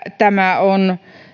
tämä on